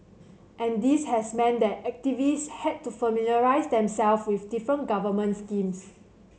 and this has meant that activists had to familiarise them self with different government schemes